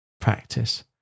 practice